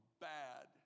bad